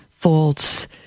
faults